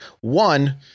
One